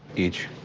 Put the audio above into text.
each?